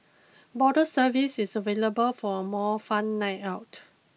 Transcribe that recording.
bottle service is available for a more fun night out